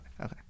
Okay